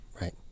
Right